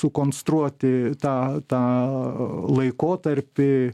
sukonstruoti tą tą laikotarpį